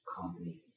company